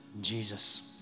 Jesus